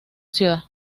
ciudad